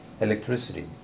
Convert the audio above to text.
electricity